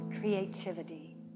creativity